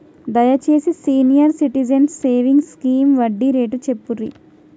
దయచేసి senior citizens savings scheme వడ్డీ rate చెప్పుర్రి